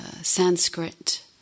Sanskrit